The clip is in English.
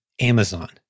Amazon